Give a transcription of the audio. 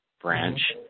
branch